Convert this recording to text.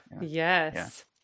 yes